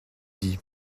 dit